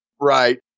Right